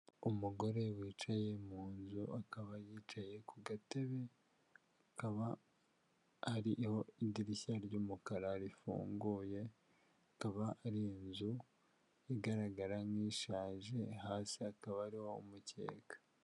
Umugore wicaye mu nzu, akaba yicaye ku gatebe, akaba hariho idirishya ry'umukara rifunguye, akaba ari inzu igaragara nk'ishaje, hasi hakaba hariho umukeka.